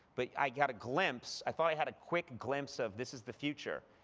but i got a glimpse i thought i had a quick glimpse of, this is the future.